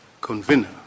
convener